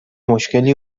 مشکلی